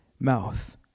mouth